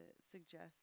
suggest